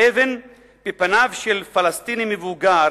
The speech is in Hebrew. אבן בפניו של פלסטיני מבוגר